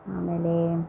ಆಮೇಲೇ